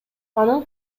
анын